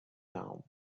down